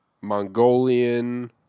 Mongolian